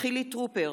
חילי טרופר,